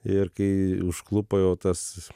ir kai užklupo jau tas